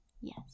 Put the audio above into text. Yes